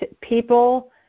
people